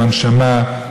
עם הנשמה,